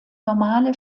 normale